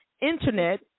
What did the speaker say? Internet